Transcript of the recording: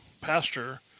pasture